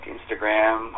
Instagram